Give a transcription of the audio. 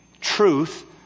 truth